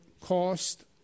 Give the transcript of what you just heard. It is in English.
cost